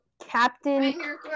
Captain